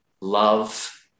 love